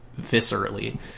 viscerally